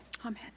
Amen